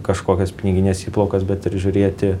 kažkokias pinigines įplaukas bet ir žiūrėti